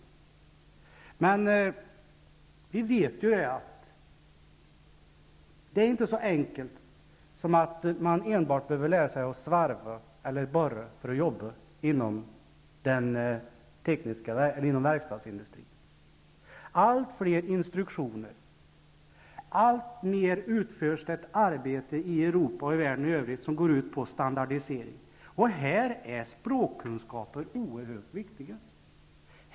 Men vi vet att det inte är så enkelt att man bara behöver lära sig svarva och borra för att arbeta inom verkstadsindustrin. Allt fler instruktioner, alltmer arbete i Europa och världen över går ut på standardisering. Då är språkkunskaper oerhört viktiga.